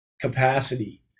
capacity